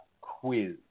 quiz